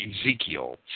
Ezekiel